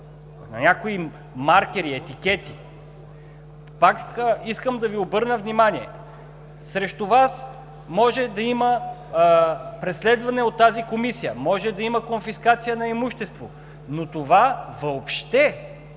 на някои маркери, етикети. Пак искам да Ви обърна внимание – срещу Вас може да има преследване от тази Комисия. Може да има конфискация на имущество, но това въобще и по